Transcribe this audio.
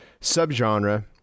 subgenre